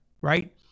right